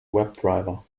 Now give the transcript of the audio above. webdriver